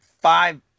five